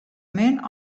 min